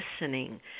listening